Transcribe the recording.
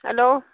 hello